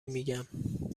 میگم